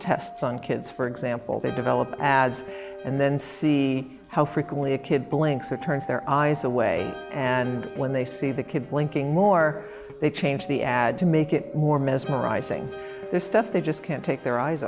tests on kids for example they develop ads and then see how frequently a kid blinks or turns their eyes away and when they see the kid blinking more they change the ad to make it more mesmerizing there's stuff they just can't take their eyes